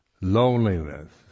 Loneliness